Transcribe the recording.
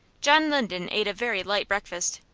john linden ate a very light breakfast.